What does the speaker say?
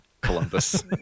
Columbus